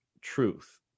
truth